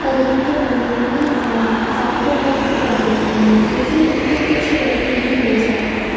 قریب کے مندر میں ظافر وکت کر دیتے ہیں جن سے ان کو کچھ رقم بھی مل جاتی ہے